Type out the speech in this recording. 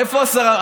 איפה השרה?